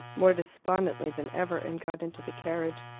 more despondently than ever, and got into the carriage.